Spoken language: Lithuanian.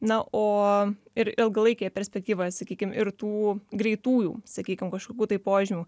na o ir ilgalaikėje perspektyvoje sakykim ir tų greitųjų sakykim kažkokių tai požymių